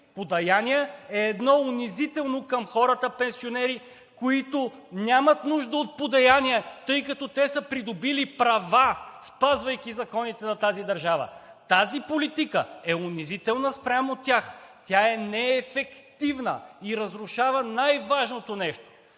подаяния е унизително към хората пенсионери, които нямат нужда от подаяния, тъй като те са придобили права, спазвайки законите на тази държава. Тази политика е унизителна спрямо тях. Тя е неефективна и разрушава най-важното нещо